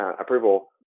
approval